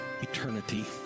eternity